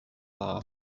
dda